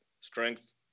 strength